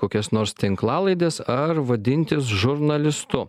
kokias nors tinklalaides ar vadintis žurnalistu